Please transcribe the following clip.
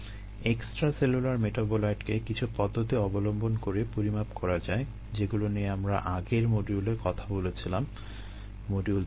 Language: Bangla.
এক্সট্রাসেলুলার মেটাবোলাইটকে কিছু পদ্ধতি অবলম্বন করে পরিমাপ করা যায় যেগুলো নিয়ে আমরা আগের মডিউলে কথা বলেছিলাম মডিউল 3 এ